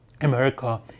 America